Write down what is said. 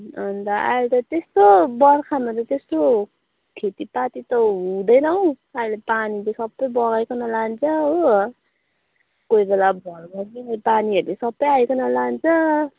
अन्त अहिले त त्यस्तो बर्खामा त त्यस्तो खेतीपाती त हुँदैन हौ अहिले पानीले सबै बगाइकन लान्छ हो कोही बेला भलबाढी पानीले सबै आइकन लान्छ